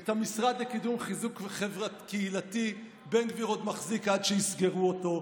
את המשרד לקידום קהילתי בן גביר עוד מחזיק עד שיסגרו אותו.